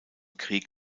krieg